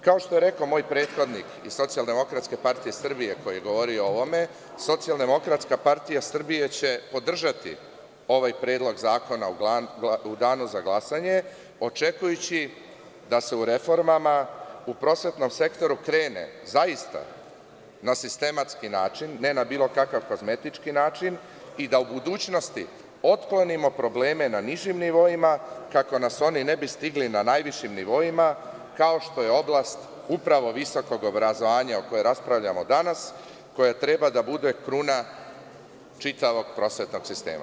Kao što je rekao moj prethodnik iz SDPS koji je govorio o ovome, SDPS će podržati ovaj predlog zakona u danu za glasanje očekujući da se u reformama u prosvetom sektoru krene na sistematski način, ne na bilo kakav kozmetički način i da u budućnosti otklonimo probleme na nižim nivoima, kako nas oni ne bi stigli na najvišim nivoima, kao što je oblast visokog obrazovanja o kojem raspravljamo danas, koje treba da bude kruna čitavog prosvetnog sistema.